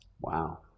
Wow